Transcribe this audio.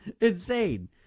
Insane